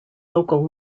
local